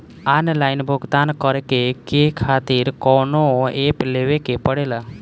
Online भुगतान करके के खातिर कौनो ऐप लेवेके पड़ेला?